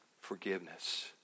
forgiveness